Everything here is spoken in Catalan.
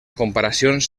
comparacions